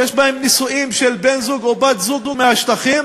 שיש בהן נישואים של בן-זוג או בת-זוג מהשטחים,